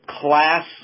class